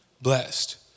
Blessed